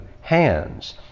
hands